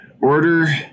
Order